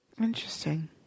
Interesting